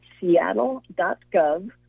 seattle.gov